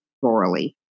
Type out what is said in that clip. thoroughly